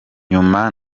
nyuma